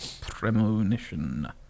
Premonition